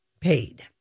paid